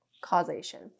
causation